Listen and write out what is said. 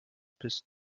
bist